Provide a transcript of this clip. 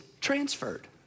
transferred